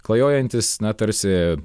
klajojantis na tarsi